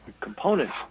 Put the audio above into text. components